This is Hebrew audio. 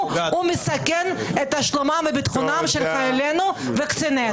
מסכן את שלומם וביטחונם של חיילינו וקצינינו.